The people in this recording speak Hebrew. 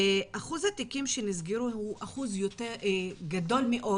אחוז התיקים שנסגרו הוא אחוז גדול מאוד